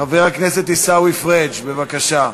חבר הכנסת עיסאווי פריג', בבקשה.